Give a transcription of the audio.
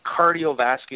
cardiovascular